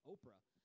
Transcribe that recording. Oprah